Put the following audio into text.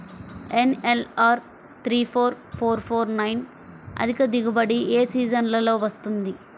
NLR three four four four nine అధిక దిగుబడి ఏ సీజన్లలో వస్తుంది?